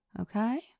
okay